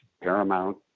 Paramount